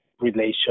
relation